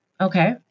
Okay